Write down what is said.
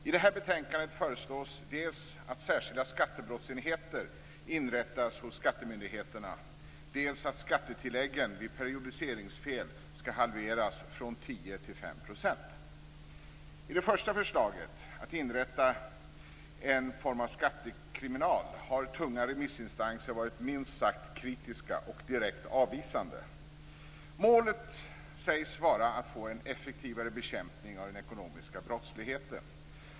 I detta betänkande föreslås dels att särskilda skattebrottsenheter inrättas hos skattemyndigheterna, dels att skattetilläggen vid periodiseringsfel skall halveras från I fråga om det första förslaget, att inrätta en form av skattekriminal har tunga remissinstanser varit minst sagt kritiska och direkt avvisande. Målet sägs vara att få en effektivare bekämpning av den ekonomiska brottsligheten.